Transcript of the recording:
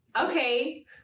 Okay